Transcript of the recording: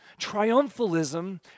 Triumphalism